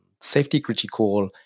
safety-critical